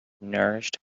nourished